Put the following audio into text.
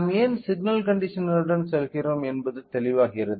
நாம் ஏன் சிக்னல் கண்டிஷனருடன் செல்கிறோம் என்பது தெளிவாகிறது